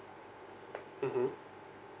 mmhmm